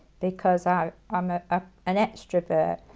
because ah i'm ah ah an extrovert.